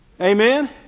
Amen